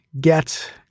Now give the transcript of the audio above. get